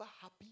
happy